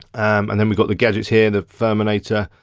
and then we've got the gadgets here, the furminator,